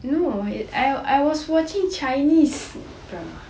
no I I was watching chinese drama